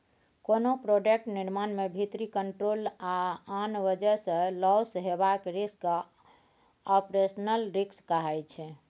कोनो प्रोडक्ट निर्माण मे भीतरी कंट्रोल या आन बजह सँ लौस हेबाक रिस्क आपरेशनल रिस्क कहाइ छै